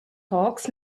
hawks